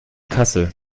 kassel